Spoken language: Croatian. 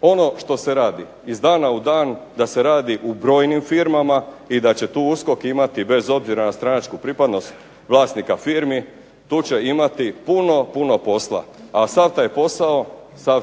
ono što se radi iz dana u dan, da se radi u brojnim firmama i da će tu USKOK imati bez obzira na stranačku pripadnost vlasnika firmi tu će imati puno, puno posla a sav